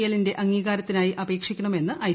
L ന്റെ അംഗീകാരത്തിനായി അപേക്ഷിക്കണമെന്ന് ഐ